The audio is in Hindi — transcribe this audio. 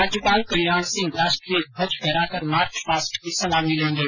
राज्यपाल कल्याण सिंह राष्ट्रीय ध्वज फहराकर मार्चपास्ट की सलामी लेंगे